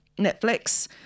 Netflix